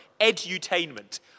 Edutainment